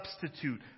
substitute